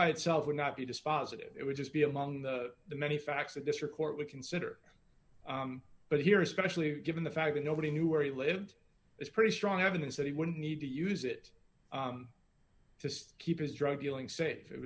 by itself would not be dispositive it would just be among the many facts a district court would consider but here especially given the fact that nobody knew where he lived that's pretty strong evidence that he wouldn't need to use it to keep his drug dealing safe it